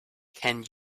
can